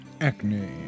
acne